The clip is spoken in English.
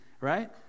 right